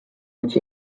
which